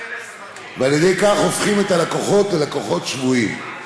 על ידי כך הם הופכים את הלקוחות ללקוחות שבויים.